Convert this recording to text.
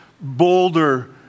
bolder